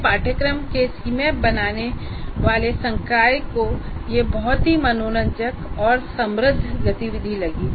अपने पाठ्यक्रमों के सीमैप बनाने वाले संकाय को यह बहुत ही मनोरंजक और समृद्ध गतिविधि लगी